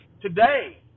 Today